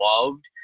loved